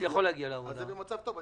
אז הוא במצב טוב.